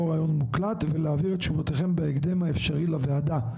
ראיון מוקלט ולהעביר את תשובותיכם בהקדם האפשרי לוועדה.